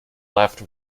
left